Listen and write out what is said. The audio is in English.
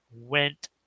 went